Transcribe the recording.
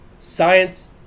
science